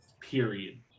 period